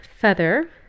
feather